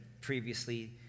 previously